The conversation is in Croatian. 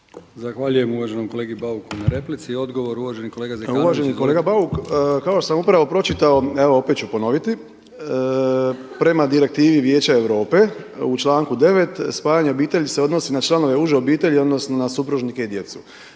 Zahvaljujem uvaženom kolegi Bauku na replici. Odgovor uvaženi kolega Zekanović, izvolite. **Zekanović, Hrvoje (HRAST)** Kolega Bauk, danas sam upravo pročitao, evo opet ću ponoviti prema Direktivi Vijeća Europe u članku 9. spajanje obitelji se odnosi na članove uže obitelji, odnosno na supružnike i djecu,